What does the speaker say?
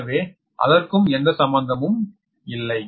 எனவே அதற்கும் எந்த சம்பந்தமும் இல்லை